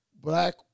black